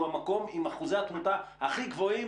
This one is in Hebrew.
שהוא המקום עם אחוזי התמותה הכי גבוהים